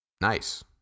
nice